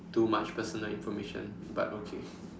too much personal information but okay